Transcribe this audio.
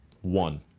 one